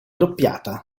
doppiata